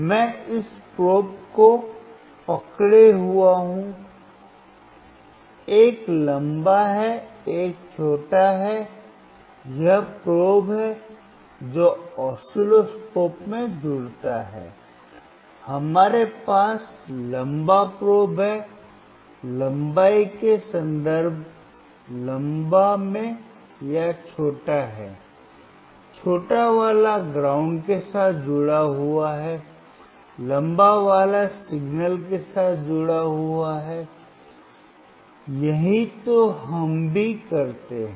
मैं इस प्रोब को पकड़े हुआ हूं एक लंबा है एक छोटा है यह प्रोब है जो ऑस्किलोस्कोप में जुड़ता है हमारे पास लंबा प्रोब है लंबाई के संदर्भ लंबा में या छोटा है Iछोटा वाला ग्राउंड के साथ जुड़ा हुआ है Iलंबा वाला सिग्नल के साथ जुड़ा हुआ हैI यही तो हम भी करते हैं